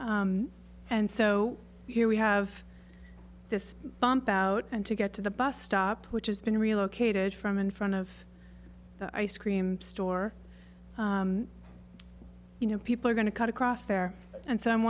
and so here we have this bump out and to get to the bus stop which has been relocated from in front of the ice cream store you know people are going to cut across there and so i'm